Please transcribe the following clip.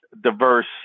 diverse